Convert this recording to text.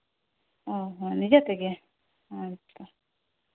ᱚ ᱦᱚᱸ ᱱᱤᱡᱮ ᱛᱮᱜᱮ ᱟᱪᱪᱷᱟ